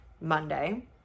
Monday